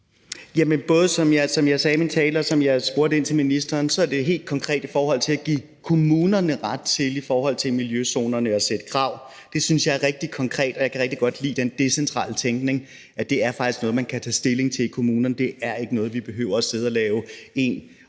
jeg både sagde i min tale, og som jeg nævnte i mit spørgsmål til ministeren, er det helt konkret at give kommunerne ret til i forhold til miljøzonerne at stille krav. Det synes jeg er meget konkret, og jeg kan rigtig godt lide den decentrale tænkning – altså at det faktisk er noget, man kan tage stilling til i kommunerne; det er ikke noget, hvor vi behøver at sidde og lave én